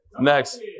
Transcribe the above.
next